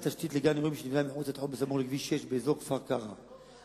סמוך לכביש-6, באזור כפר-קרע.